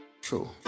True